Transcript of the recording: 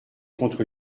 contre